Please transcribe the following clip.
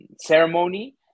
ceremony